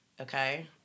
okay